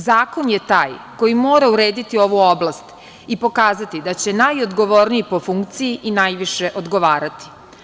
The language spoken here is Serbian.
Zakon je taj koji mora urediti ovu oblast i pokazati da će najodgovorniji po funkciji i najviše odgovarati.